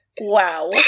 Wow